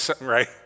right